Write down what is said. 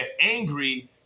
angry